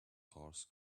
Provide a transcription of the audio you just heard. horse